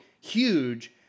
huge